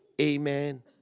Amen